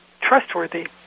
trustworthy